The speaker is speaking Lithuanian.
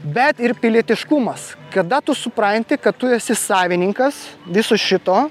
bet ir pilietiškumas kada tu supranti kad tu esi savininkas viso šito